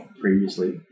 previously